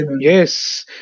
yes